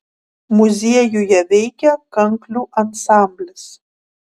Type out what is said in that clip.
muziejuje veikia kanklių ansamblis